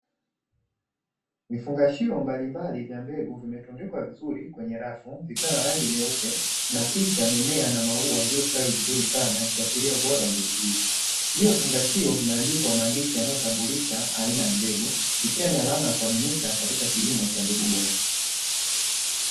Vifungashio mbalimbali vya mbegu vimetundikwa vizuri kwenye rafu, vikiwa na rangi nyeupe na picha ya mimea na maua yaliyostawi vizuri sana ikiashiria ubora wa mbegu hizi. Juu ya vifungashio vimeandikwa maandishi yanayotambulisha aina ya mbegu, ikiwa ni alama ya kuaminika katika kilimo cha mbegu bora.